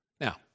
Now